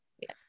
Yes